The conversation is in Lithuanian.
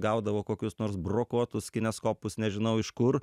gaudavo kokius nors brokuotus kineskopus nežinau iš kur